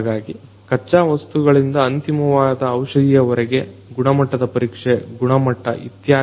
ಹಾಗಾಗಿ ಖಚ್ಚಾ ವಸ್ತುಗಳಿಂದ ಅಂತಿಮವಾದ ಔಷಧಿಯವರೆಗೆ ಗುಣಮಟ್ಟದ ಪರೀಕ್ಷೆ ಗುಣಮಟ್ಟ ಇತ್ಯಾದಿ